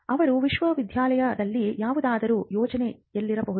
ಅವರು ವಿಶ್ವವಿದ್ಯಾಲಯದಲ್ಲಿ ಯಾವುದಾದರೂ ಯೋಜನೆಯಲ್ಲಿರಬಹುದು